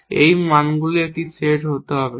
এটি মানগুলির একই সেট হতে হবে না